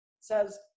says